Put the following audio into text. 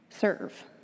serve